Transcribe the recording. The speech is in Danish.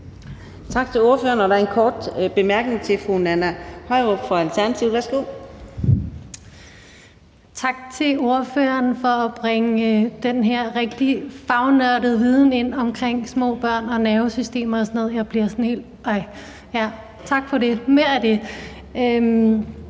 Tak til ordføreren. Der er en kort bemærkning til fru Nanna Høyrup fra Alternativet. Værsgo. Kl. 18:59 Nanna Høyrup (ALT): Tak til ordføreren for at bringe den her rigtig fagnørdede viden ind omkring små børn og nervesystemer og sådan noget. Jeg bliver sådan helt: Ja, tak for det, mere af det.